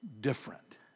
different